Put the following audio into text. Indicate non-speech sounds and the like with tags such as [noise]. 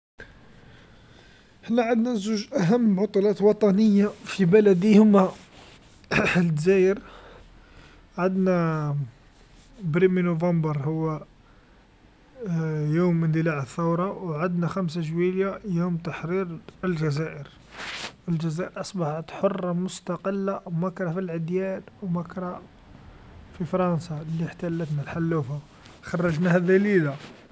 أحنا عندنا زوج أهم موطلات وطنيه في بلدي هوما [noise] دزاير عندنا بريمي نوفمبر هو [hesitation] يوم إندلاع الثوره، و عندنا خمسه جويليا يوم تحرير الجزائر، الجزائر أصبحت حرا مستقلا و مكرا في العديان مكرا في فرانسا لحتلتنا الحلوفه، خرجناها ذليلا.